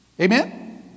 Amen